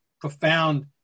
profound –